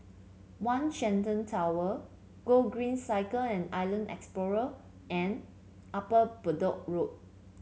One Shenton Tower Gogreen Cycle and Island Explorer and Upper Bedok Road